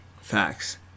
Facts